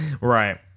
right